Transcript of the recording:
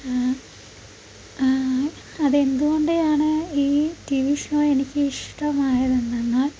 അത് എന്തുകൊണ്ട് ആണ് ഈ ടി വി ഷോ എനിക്ക് ഇഷ്ടമായത് എന്തെന്നാൽ